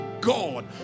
God